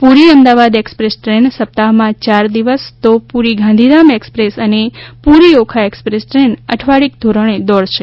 પૂરી Ahmedabad express train સપ્તાહ માં ચાર દિવસ તો પૂરી ગાંધીધામ એક્સપ્રેસ અને પૂરી ઓખા એક્સપ્રેસ ટ્રેન અઠવાડિક ધોરણે દોડશે